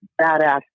badass